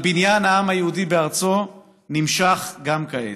על בניין העם היהודי בארצו, נמשך גם כעת.